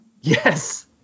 Yes